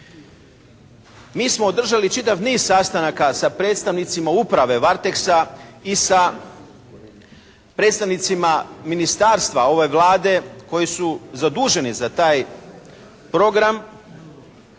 Mi smo održali čitav niz sastanaka sa predstavnicima Uprave Varteksa i sa predstavnicima ministarstva ove Vlade koji su zaduženi za taj program